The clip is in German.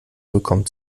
bekommt